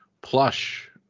Plush